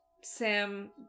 Sam